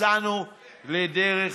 יצאנו לדרך